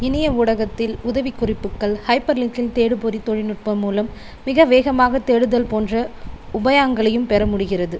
இணைய ஊடகத்தில் உதவிக்குறிப்புகள் ஹைப்பர்லின்க்கில் தேடுபொறித் தொழில்நுட்பம் மூலம் மிக வேகமாகத் தேடுதல் போன்ற உபாயங்களையும் பெற முடிகிறது